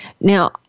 Now